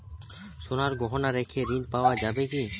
সোনার গহনা রেখে ঋণ পাওয়া যাবে কি?